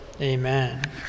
Amen